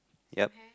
yup